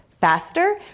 faster